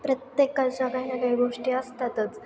प्रत्येकाच्या काय ना काय गोष्टी असतातच